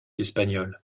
espagnol